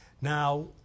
Now